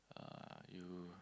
uh you